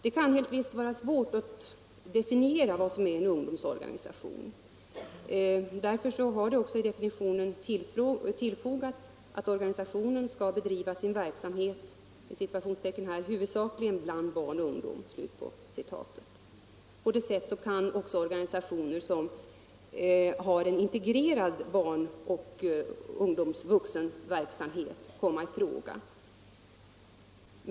Det kan helt visst vara svårt att definiera vad som avses med ungdomsorganisation. Därför har man också i definitionen tillfogat att organisationen skall bedriva sin verksamhet ”huvudsakligen bland barn och ungdom”. På det sättet kan organisationer som har en integrerad barn-, ungdomsoch vuxenverksamhet komma i fråga.